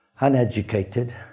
uneducated